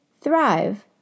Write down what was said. Thrive